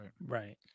Right